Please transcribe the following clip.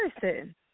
person